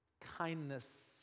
kindness